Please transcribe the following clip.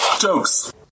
Jokes